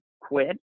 quit